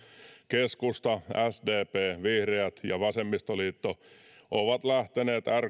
keskusta sdp vihreät ja vasemmistoliitto ovat lähteneet